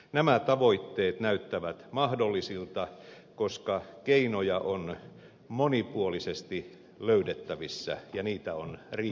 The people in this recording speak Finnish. nämä tavoitteet näyttävät mahdollisilta koska keinoja on monipuolisesti löydettävissä ja niitä on riittävästi